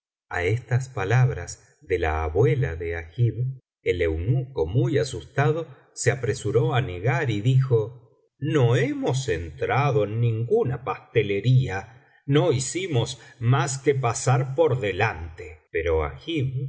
á estas palabras de la abuela de agib el eunuco muy asustado se apresuró á negar y dijo no hemos entrado en ninguna pastelería no hicimos mas que pasar por delante pero agib